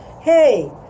Hey